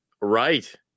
Right